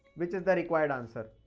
which is the required answer.